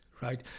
Right